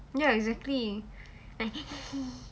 ya exactly